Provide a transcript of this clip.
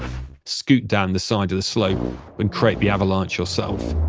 scoot down the side of the slope and create the avalanche yourself.